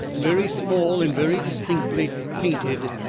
very small and very distinctly painted,